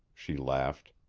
she laughed.